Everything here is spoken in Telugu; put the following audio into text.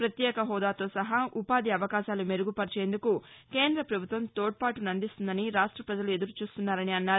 పత్యేక హోదాతో సహా ఉపాధి అవకాశాలు మెరుగుప్చేందుకు కేంద్రప్రభుత్వం తోడ్పాటునందిస్తుందని రాష్ట ప్రజలు ఎదురు చూస్తున్నారని అన్నారు